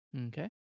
Okay